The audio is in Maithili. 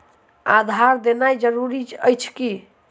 आधार देनाय जरूरी अछि की?